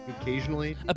occasionally